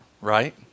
Right